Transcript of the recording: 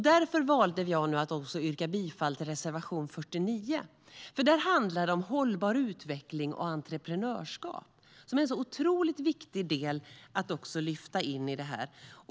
Därför valde jag nu att yrka bifall till reservation 49, för den handlar om hållbar utveckling och entreprenörskap, som är en otroligt viktig del att lyfta in i det här.